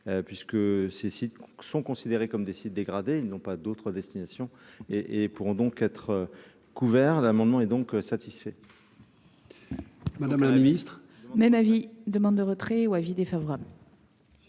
puisque ces sites sont considérés comme des sites dégradés, ils n'ont pas d'autres destinations et et pourront donc être couvert l'amendement est donc satisfait. Madame la Ministre. Même avis : demande de retrait ou avis défavorable.